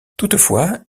toutefois